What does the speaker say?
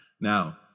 Now